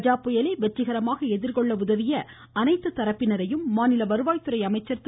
கஜா புயலை வெற்றிகரமாக எதிர்கொள்ள உதவிய அனைத்து தரப்பினரையும் மாநில வருவாய்த்துறை அமைச்சர் திரு